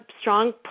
strong